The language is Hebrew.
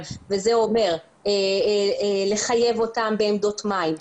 זה אומר לחייב אותם בעמדות מים,